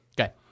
Okay